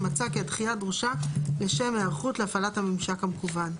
אם מצא כי הדחייה דרושה לשם היערכות להפעלת הממשק המקוון,